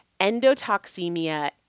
Endotoxemia